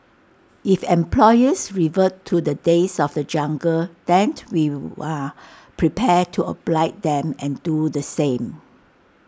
if employers revert to the days of the jungle then we are prepared to oblige them and do the same